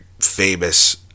famous